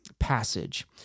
passage